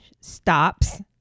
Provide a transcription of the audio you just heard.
stops